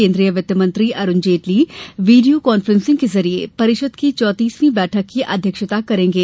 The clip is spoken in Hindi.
केन्द्रीय वित्तमंत्री अरुण जेटली वीडियो कॉन्फ्रेसिंग के जरिए परिषद की अरवीं बैठक की अध्यक्षता करेंगे